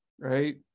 right